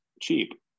cheap